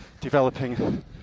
developing